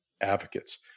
advocates